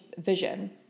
vision